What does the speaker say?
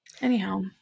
Anyhow